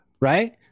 right